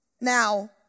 Now